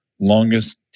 longest